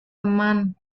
teman